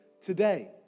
today